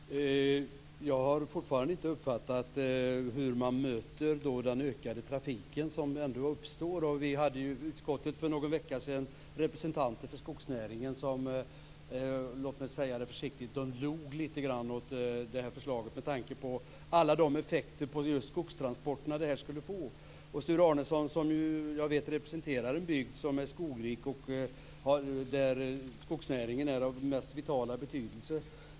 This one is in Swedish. Fru talman! Jag har fortfarande inte uppfattat hur man möter den ökade trafik som ändå uppstår. Vi hade i utskottet för någon vecka sedan representanter för skogsnäringen. De - låt mig säga det försiktigt - log lite grann åt förslaget, med tanke på alla de effekter på just skogstransporterna som det skulle få. Jag vet att Sture Arnesson representerar en bygd som är skogrik, där skogsnäringen är av vital betydelse.